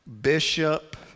bishop